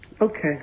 Okay